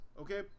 okay